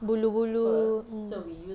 bulu-bulu mm